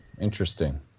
interesting